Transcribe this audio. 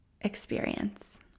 experience